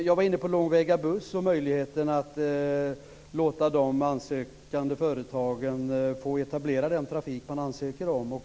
Jag var inne på frågan om långväga buss och möjligheten att låta de ansökande företagen få etablera den trafik som de ansöker om.